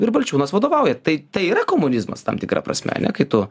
ir balčiūnas vadovauja tai tai yra komunizmas tam tikra prasme ne kai tu